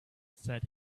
said